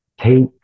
take